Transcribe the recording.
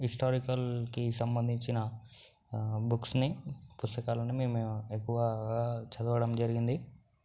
హిస్టారికల్కి సంబంధించిన బుక్స్ని పుస్తకాలను మేము ఎక్కువగా చదవడం జరిగింది